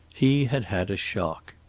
he had had a shock.